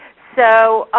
so